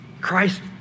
Christ